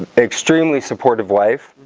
extremely supportive life